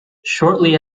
shortly